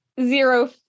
zero